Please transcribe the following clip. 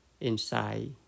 inside